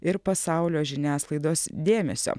ir pasaulio žiniasklaidos dėmesio